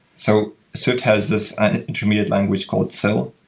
so swift has this intermediate language called sil,